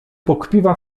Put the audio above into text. pokpiwa